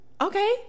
okay